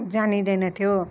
जानिँदैनथ्यो